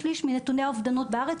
נכון,